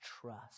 trust